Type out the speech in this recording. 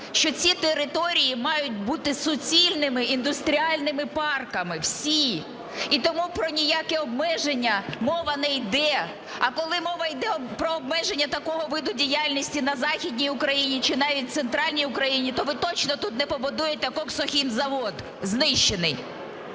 що ці території мають бути суцільними індустріальними парками, всі. І тому ні про яке обмеження мова не йде. А коли мова йде про обмеження такого виду діяльності на Західній Україні чи навіть в Центральній Україні, то ви точно тут не побудуєте коксохімзавод знищений.